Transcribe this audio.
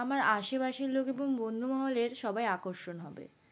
আমার আশেপাশের লোক এবং বন্ধু মহলের সবাই আকর্ষণ হবে